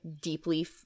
deeply